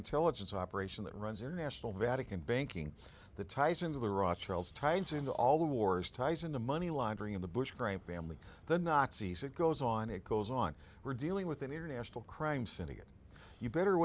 intelligence operation that runs international vatican banking the ties into the raw charles tie ins into all the wars ties into money laundering in the bush crime family the nazis it goes on it goes on we're dealing with an international crime syndicate you better